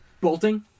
bolting